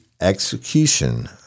Execution